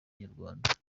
inyarwanda